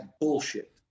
bullshit